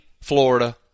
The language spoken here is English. Florida